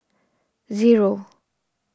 zero